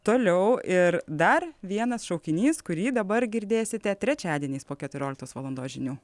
toliau ir dar vienas šaukinys kurį dabar girdėsite trečiadieniais po keturioliktos valandos žinių